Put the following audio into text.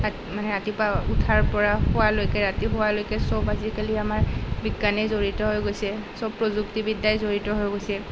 মানে ৰাতিপুৱা উঠাৰ পৰা শুৱালৈকে ৰাতি শুৱালৈকে চব আজিকালি আমাৰ বিজ্ঞানেই জড়িত হৈ গৈছে চব প্ৰযুক্তিবিদ্যাই জড়িত হৈ গৈছে